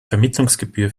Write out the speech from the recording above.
vermittlungsgebühr